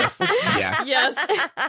Yes